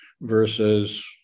versus